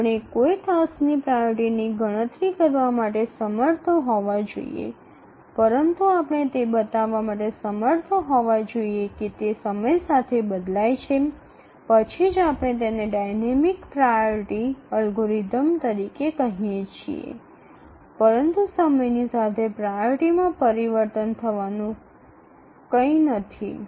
আমাদের কোনও কাজের অগ্রাধিকার গণনা করতে সক্ষম হওয়া উচিত তবে এটির সাথে আমাদের এটি দেখাতেও সক্ষম হওয়া উচিত যে এটি সময়ের সাথে পরিবর্তিত হয় কেবল তখনই আমরা এটিকে গতিশীল অগ্রাধিকার অ্যালগরিদম হিসাবে বলতে পারি তবে সময়ের সাথে অগ্রাধিকার পরিবর্তনের বিষয়ে কিছুই নেই